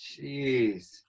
Jeez